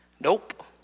Nope